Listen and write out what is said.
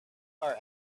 our